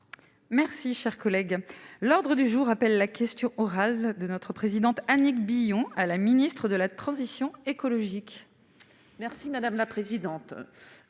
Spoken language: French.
Merci, cher collègue, l'ordre du jour appelle la question orale de notre présidente Annick Billon à la ministre de la transition écologique. Merci madame la présidente,